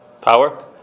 Power